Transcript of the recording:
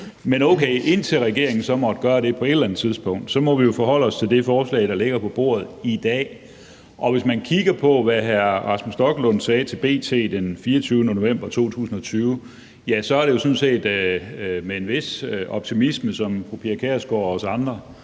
Men, okay, indtil regeringen så måtte gøre det på et eller andet tidspunkt, må vi jo forholde os til det forslag, der ligger på bordet i dag. Hvis man kigger på, hvad hr. Rasmus Stoklund sagde til B.T. den 24. november 2020, så giver det jo sådan set grund til, at fru Pia Kjærsgaard og os andre